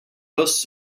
post